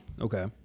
Okay